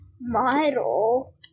model